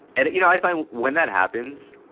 and, you know, i find when that happens,